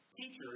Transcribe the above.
teachers